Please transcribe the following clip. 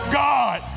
god